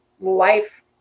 life